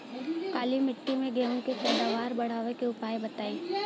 काली मिट्टी में गेहूँ के पैदावार बढ़ावे के उपाय बताई?